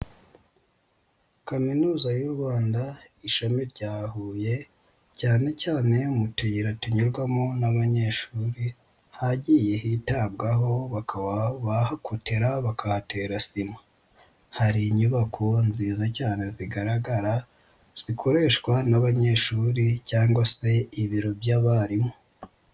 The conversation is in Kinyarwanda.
Kaminuza y'u Rwanda ishami rya Huye, cyane cyane mu tuyira tunyurwamo n'abanyeshuri, hagiye hitabwaho bakaba bahakotera bakahatera sima, hari inyubako nziza cyane zigaragara zikoreshwa n'abanyeshuri cyangwa se ibiro by'abarimu.